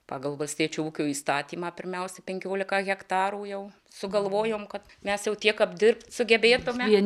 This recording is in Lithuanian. pagal valstiečio ūkio įstatymą pirmiausia penkiolika hektarų jau sugalvojome kad mes jau tiek apdirbti sugebėtume